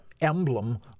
emblem